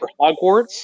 Hogwarts